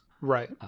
Right